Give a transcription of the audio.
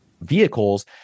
vehicles